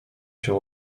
się